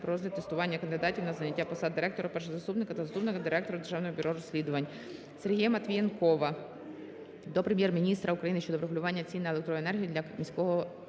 про результати тестування кандидатів на зайняття посад директора, першого заступника та заступника Директора Державного бюро розслідування. Сергія Марвієнкова до Прем'єр-міністра України щодо врегулювання цін на електроенергію для міського